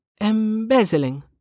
Embezzling